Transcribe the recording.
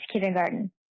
kindergarten